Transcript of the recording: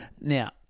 Now